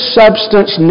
substance